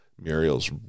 Muriel's